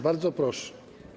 Bardzo proszę.